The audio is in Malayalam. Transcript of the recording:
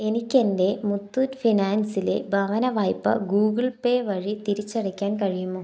എനിക്ക് എൻ്റെ മുത്തൂറ്റ് ഫിനാൻസിലെ ഭവനവായ്പ ഗൂഗിൾ പേ വഴി തിരിച്ചടയ്ക്കാൻ കഴിയുമോ